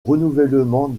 renouvellement